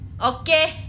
Okay